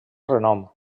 renom